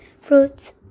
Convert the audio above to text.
fruits